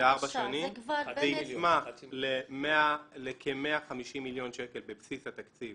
זה יצמח לכ-150 מיליון שקל בבסיס התקציב